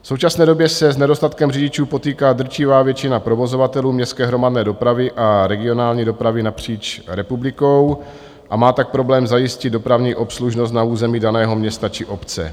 V současné době se s nedostatkem řidičů potýká drtivá většina provozovatelů městské hromadné dopravy a regionální dopravy napříč republikou, a má tak problém zajistit dopravní obslužnost na území daného města či obce.